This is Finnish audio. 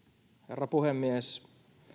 herra puhemies